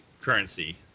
currency